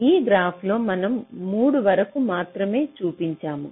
ఈ గ్రాఫ్లో మనం 3 వరకు మాత్రమే చూపించాము